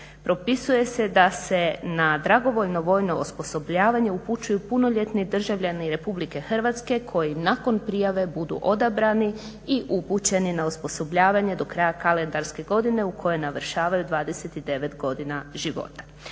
Propisuje se da se na dragovoljno vojno osposobljavanje upućuju punoljetni državljani Republike Hrvatske koji nakon prijave budu odabrani i upućeni na osposobljavanje do kraja kalendarske godine u kojoj navršavaju 29 godina života.